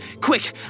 Quick